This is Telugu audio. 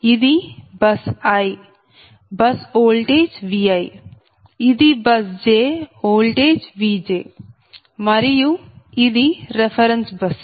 ఇది బస్ i బస్ ఓల్టేజ్Vi ఇది బస్ j ఓల్టేజ్Vj మరియు ఇది రెఫెరెన్స్ బస్